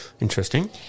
Interesting